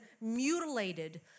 mutilated